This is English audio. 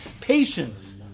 Patience